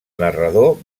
narrador